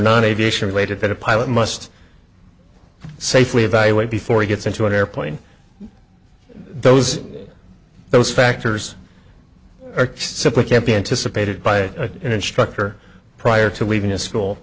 not aviation related that a pilot must safely evaluate before he gets into an airplane those those factors are simply can't be anticipated by an instructor prior to leaving a school